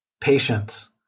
patience